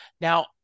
Now